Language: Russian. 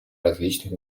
различных